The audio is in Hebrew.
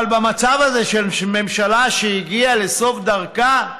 אבל במצב הזה, של ממשלה שהגיעה לסוף דרכה,